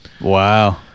wow